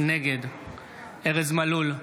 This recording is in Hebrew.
נגד ארז מלול,